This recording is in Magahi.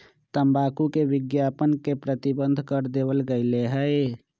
तंबाकू के विज्ञापन के प्रतिबंध कर देवल गयले है